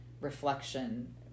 reflection